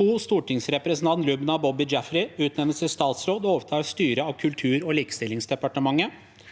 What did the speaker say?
2. Stortingsrepresentant Lubna Boby Jaffery utnevnes til statsråd og overtar styret av Kultur- og likestillingsdepartementet.